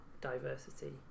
diversity